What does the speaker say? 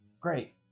great